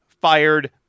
fired